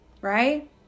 Right